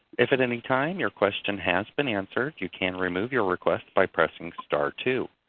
if it anytime your question has been answered you can remove your request by pressing star two.